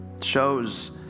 shows